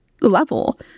level